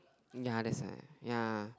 ya that's why ya